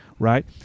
Right